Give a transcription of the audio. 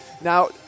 Now